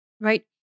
Right